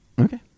Okay